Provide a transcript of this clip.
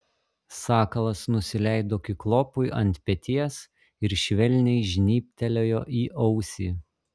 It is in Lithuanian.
sakalas nusileido kiklopui ant peties ir švelniai žnybtelėjo į ausį